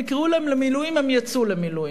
אם יקראו להם למילואים הם יצאו למילואים.